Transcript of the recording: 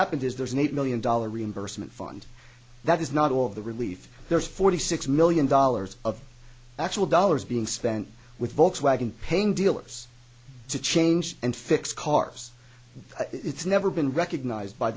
happened is there's an eight million dollar reimbursement fund that is not all of the relief there's forty six million dollars of actual dollars being spent with volkswagen pain dealers to change and fix cars it's never been recognised by